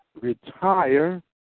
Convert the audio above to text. retire